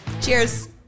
Cheers